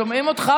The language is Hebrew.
שומעים אותך.